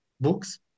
books